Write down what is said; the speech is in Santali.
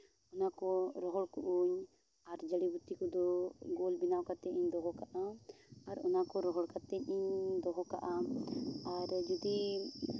ᱚᱱᱟ ᱠᱚ ᱨᱚᱦᱚᱲ ᱠᱟᱜ ᱟᱹᱧ ᱟᱨ ᱡᱟᱹᱲᱤ ᱵᱩᱴᱤ ᱠᱚᱫᱚ ᱜᱳᱞ ᱵᱮᱱᱟᱣ ᱠᱟᱛᱮ ᱤᱧ ᱫᱚᱦᱚ ᱠᱟᱜᱼᱟ ᱟᱨ ᱚᱱᱟ ᱠᱚ ᱨᱚᱦᱚᱲ ᱠᱟᱛᱮ ᱤᱧ ᱫᱚᱦᱚ ᱠᱟᱜᱼᱟ ᱟᱨ ᱡᱩᱫᱤ